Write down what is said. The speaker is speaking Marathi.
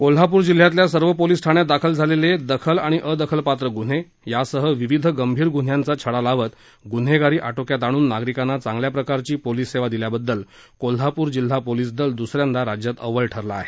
कोल्हाप्र जिल्ह्यातल्या सर्व पोलीस ठाण्यात दाखल झालेले दखल आणि अदखलपात्र ग्न्हे यासह विविध गंभीर ग्न्ह्यांचा छडा लावत ग्न्हेगारी आटोक्यात आणून नागरिकांना चांगल्या प्रकारची पोलीस सेवा दिल्याबददल कोल्हापूर जिल्हा पोलीस दल दुसऱ्यांदा राज्यात अव्वल ठरलं आहे